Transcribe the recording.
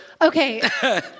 Okay